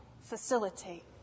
facilitate